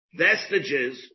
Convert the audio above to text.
vestiges